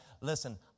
Listen